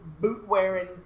boot-wearing